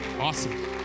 Awesome